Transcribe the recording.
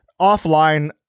offline